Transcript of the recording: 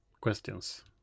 questions